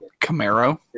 Camaro